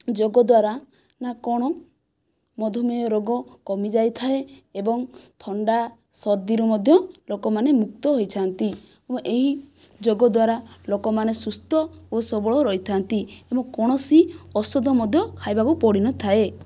ଯୋଗ ଦ୍ୱାରା ନା କ'ଣ ମଧୁମେହ ରୋଗ କମିଯାଇଥାଏ ଏବଂ ଥଣ୍ଡା ସର୍ଦ୍ଦିରୁ ମଧ୍ୟ ଲୋକମାନେ ମୁକ୍ତ ହୋଇଛନ୍ତି ଏବଂ ଏହି ଯୋଗ ଦ୍ୱାରା ଲୋକମାନେ ସୁସ୍ଥ ଓ ସବଳ ରହିଥାନ୍ତି ଏବଂ କୌଣସି ଔଷଧ ମଧ୍ୟ ଖାଇବାକୁ ପଡ଼ିନଥାଏ